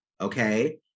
okay